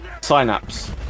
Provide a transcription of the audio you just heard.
Synapse